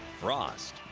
frost,